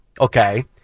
okay